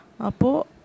Apo